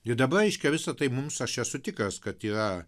ir dabar reiškia visa tai mums aš esu tikras kad yra